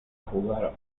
jugar